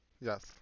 Yes